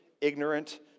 ignorant